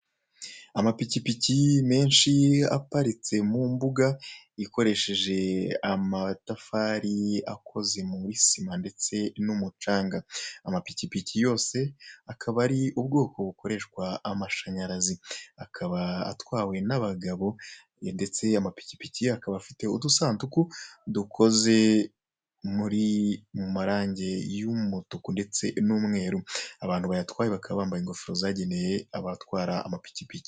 Amapikipiki menshi aparitse mu mbuga ikoresheje amatafari akoze muri sima ndetse n'umucanga, amapikipiki yose akaba ari ubwoko bukoresha amashanyarazi, akaba atwawe n'abagabo ndetse amapikipiki akaba afite udusanduku dukoze muri/mu marange y'umutuku ndetse n'umweru, abantu bayatwaye bakaba bambaye ingofero zageneye abatwara amapikipiki.